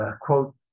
quote